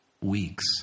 weeks